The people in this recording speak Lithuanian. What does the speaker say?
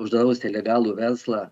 uždrausti legalų verslą